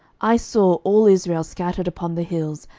i saw all israel scattered upon the hills,